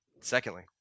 Secondly